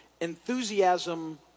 enthusiasm